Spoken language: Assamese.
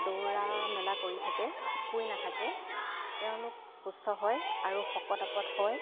দৌৰা মেলা কৰি থাকে শুই নাথাকে তেওঁলোক সুস্থ হয় আৰু শকত আৱত হয়